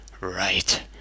right